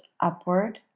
upward